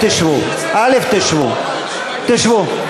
תשבו, תשבו.